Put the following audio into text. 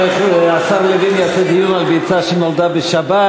השר לוין יעשה דיון על ביצה שנולדה בשבת,